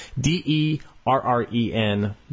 D-E-R-R-E-N